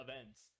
events